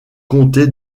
comté